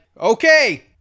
okay